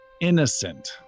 innocent